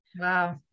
Wow